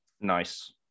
Nice